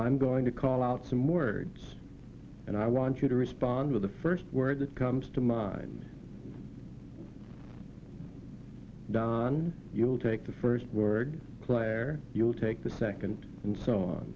i'm going to call out some words and i want you to respond with the first word that comes to mind don you'll take the first word where you'll take the second and so on